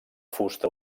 fusta